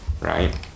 right